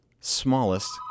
smallest